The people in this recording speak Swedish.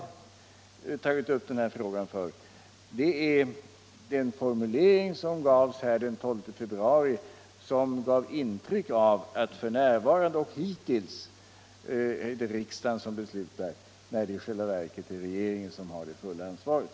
Anledningen till att jag tagit upp denna fråga är den formulering som användes här den 12 februari och som gav intrycket att det för närvarande är riksdagen som beslutar och som hittills har beslutat — trots att det i själva verket är regeringen som har det fulla ansvaret.